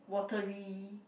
watery